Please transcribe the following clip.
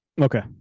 Okay